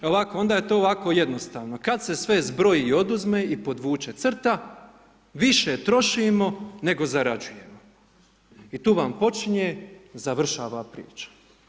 E ovako onda je to jako jednostavno, kada se sve zbroji i oduzme i podvuče crta, više trošimo nego zarađujemo i tu vam počinje, završava priča.